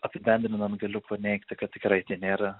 apibendrinan galiu paneigti kad tikrai tai nėra